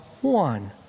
one